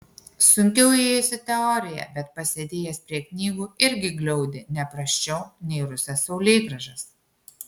sunkiau ėjosi teorija bet pasėdėjęs prie knygų irgi gliaudė ne prasčiau nei rusas saulėgrąžas